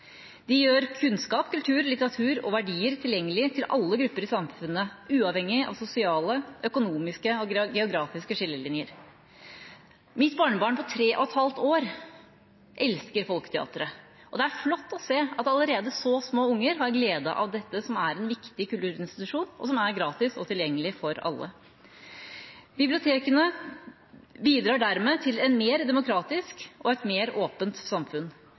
De gjør kunnskap, kultur, litteratur og verdier tilgjengelig for alle grupper i samfunnet, uavhengig av sosiale, økonomiske og geografiske skillelinjer. Mitt barnebarn på 3,5 år elsker folkebiblioteket, og det er flott å se at til og med så små unger har glede av det som er en viktig kulturinstitusjon, og som er gratis og tilgjengelig for alle. Bibliotekene bidrar dermed til et mer demokratisk og mer åpent samfunn.